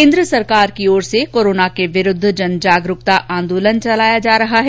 केन्द्र सरकार की ओर से कोरोना के विरूद्व जन जागरूकता आंदोलन चलाया जा रहा है